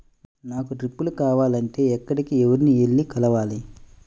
నాకు డ్రిప్లు కావాలి అంటే ఎక్కడికి, ఎవరిని వెళ్లి కలవాలి?